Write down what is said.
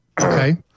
Okay